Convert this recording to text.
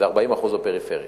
ו-40% בפריפריה.